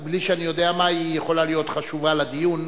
בלי שאני יודע מהי, יכולה להיות חשובה לדיון.